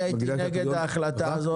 אני הייתי נגד ההחלטה הזו.